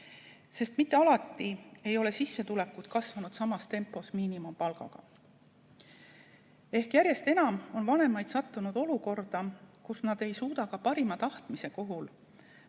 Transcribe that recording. sest mitte alati ei ole sissetulekud kasvanud samas tempos miinimumpalgaga. Järjest enam vanemaid on sattunud olukorda, kus nad ei suuda ka parima tahtmise puhul